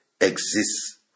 exists